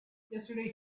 yesterday